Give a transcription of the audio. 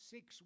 Six